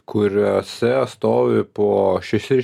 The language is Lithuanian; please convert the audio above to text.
kuriuose stovi po šešis